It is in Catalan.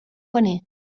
paner